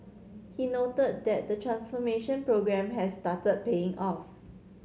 he noted that the transformation programme has started paying off